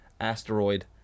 Asteroid